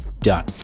Done